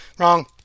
wrong